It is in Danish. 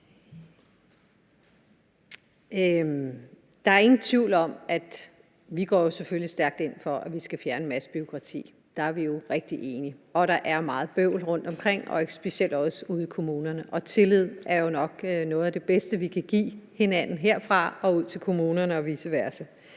Der er ingen tvivl om, at vi selvfølgelig går stærkt ind for, at vi skal fjerne en masse bureaukrati. Der er vi jo rigtig enige. Der er meget bøvl rundtomkring og specielt også ude i kommunerne, og tillid er nok noget af det bedste, vi kan give hinanden herfra og ud til kommunerne og vice versa.